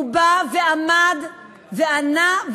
הוא בא ועמד וענה,